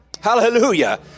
Hallelujah